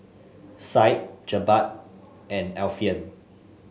Syed Jebat and Alfian